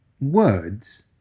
Words